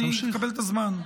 אני אקבל את הזמן.